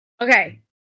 Okay